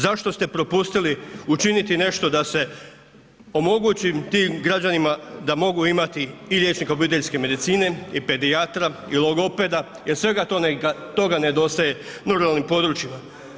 Zašto ste propustili učiniti nešto da se omogući tim građanima da mogu imati i liječnika obiteljske medicine i pedijatra i logopeda jer svega toga nedostaje na ruralnim područjima?